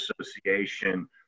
Association